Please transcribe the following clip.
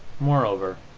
moreover,